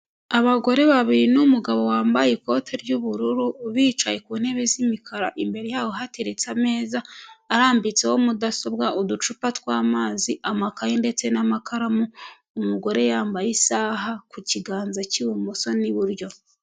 Abagore babiri n'umugabo wambaye ikote ry'ubururu bicaye ku ntebe z'imikara imbere yaho hateretse ameza, arambitseho mudasobwa, uducupa tw'amazi, amakaye ndetse n'amakaramu, umugore yambaye isaha ku kiganza cy'ibumoso n'iburyo.